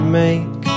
make